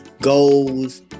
Goals